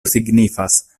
signifas